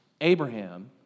Abraham